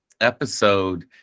episode